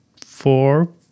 four